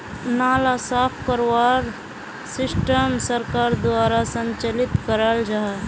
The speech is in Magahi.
नाला साफ करवार सिस्टम सरकार द्वारा संचालित कराल जहा?